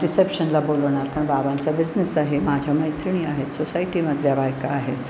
रिसेप्शनला बोलवणार कारण बाबांचा बिझनेस आहे माझ्या मैत्रिणी आहेत सोसायटीमधल्या बायका आहे